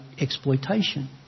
exploitation